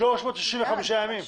365 ימים.